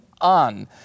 on